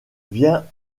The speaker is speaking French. viens